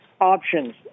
options